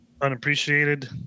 unappreciated